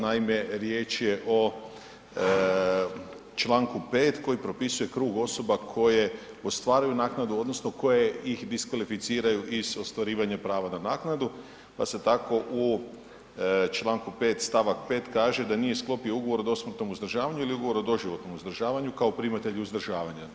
Naime, riječ je o čl. 5. koji propisuje krug osoba koje ostvaruju naknadu odnosno koje ih diskvalificiraju iz ostvarivanja prava na naknadu pa se tako u čl. 5. st. 5 kaže da nije sklopio ugovor o dosmrtnom uzdržavanju ili ugovor o doživotnom uzdržavanju kao primatelj uzdržavanja.